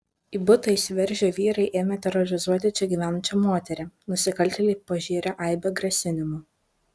į butą įsivežę vyrai ėmė terorizuoti čia gyvenančią moterį nusikaltėliai pažėrė aibę grasinimų